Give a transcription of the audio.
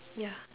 ya